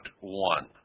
one